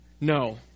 No